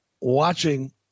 watching